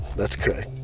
that's correct.